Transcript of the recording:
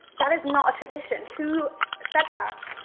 that is not a tradition, who said that?